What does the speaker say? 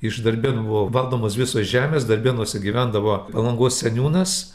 iš darbėnų buvo valdomos visos žemės darbėnuose gyvendavo palangos seniūnas